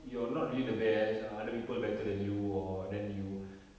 you're not really the best ah other people better than you or then you